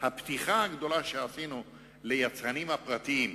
שהפתיחה הגדולה שעשינו ליצרנים הפרטיים,